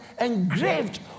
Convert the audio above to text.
engraved